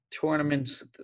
tournaments